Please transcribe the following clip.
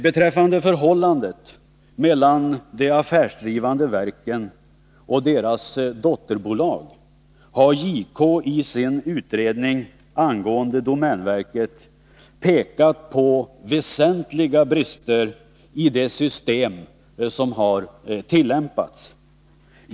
Beträffande förhållandet mellan de affärsdrivande verken och deras dotterbolag har JK i sin utredning angående domänverket pekat på väsentliga brister i det system som har tillämpats.